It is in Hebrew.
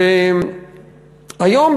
והיום,